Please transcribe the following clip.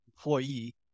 employee